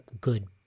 good